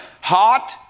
hot